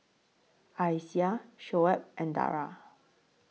Aisyah Shoaib and Dara